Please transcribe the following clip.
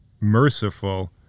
merciful